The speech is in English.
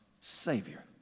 Savior